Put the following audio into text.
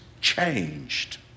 changed